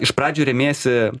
iš pradžių remiesi